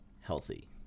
Healthy